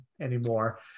anymore